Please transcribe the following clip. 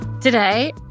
today